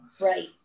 Right